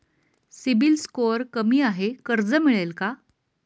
CIBIL score कमी आहे कर्ज मिळेल का?